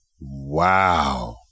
Wow